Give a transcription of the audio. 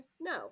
No